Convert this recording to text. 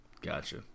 Gotcha